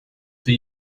for